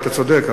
אתה צודק,